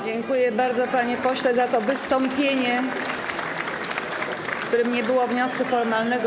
Dziękuję bardzo, panie pośle, za to wystąpienie, w którym nie było wniosku formalnego.